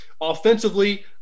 offensively